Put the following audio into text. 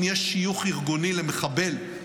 אם יש שיוך ארגוני למחבל,